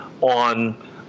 on